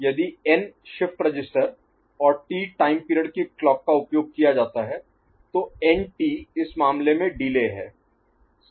यदि n shift register और T time period की क्लॉक का उपयोग किया जाता है तो nT इस मामले में डिले Delay देरी है